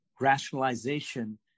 rationalization